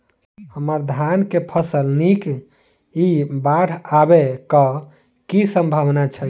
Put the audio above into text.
हम्मर धान केँ फसल नीक इ बाढ़ आबै कऽ की सम्भावना छै?